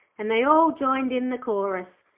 and they all joined in the chorus.